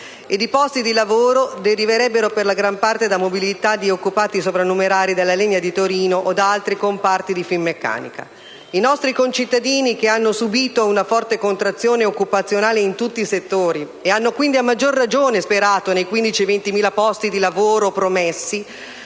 i posti di lavoro deriverebbero per la gran parte da mobilità di occupati sovrannumerari dell'Alenia di Torino o di altri comparti di Finmeccanica. I nostri concittadini, che hanno subito una forte contrazione occupazionale in tutti i settori e hanno quindi a maggior ragione sperato nei 15.000-20.000 posti di lavoro promessi,